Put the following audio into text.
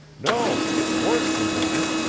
no, it's worse than that,